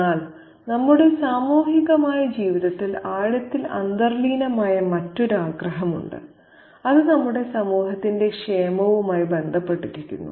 എന്നാൽ നമ്മുടെ സാമൂഹിക ജീവിതത്തിൽ ആഴത്തിൽ അന്തർലീനമായ മറ്റൊരു ആഗ്രഹമുണ്ട് അത് നമ്മുടെ സമൂഹത്തിന്റെ ക്ഷേമവുമായി ബന്ധപ്പെട്ടിരിക്കുന്നു